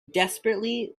desperately